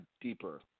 deeper